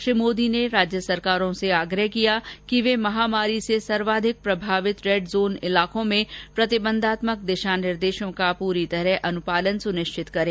श्री मोदी ने राज्य सरकारों से आग्रह किया कि वे महामारी से सर्वाधिक प्रभावित रेड जोन इलाकों में प्रतिबंधात्मक दिशा निर्देशों का पूरी तरह अनुपालन सुनिश्चित करें